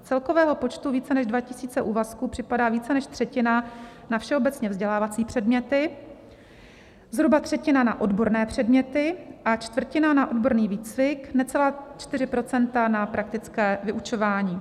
Z celkového počtu více než 2 tisíce úvazků připadá více než třetina na všeobecně vzdělávací předměty, zhruba třetina na odborné předměty a čtvrtina na odborný výcvik, necelá 4 % na praktické vyučování.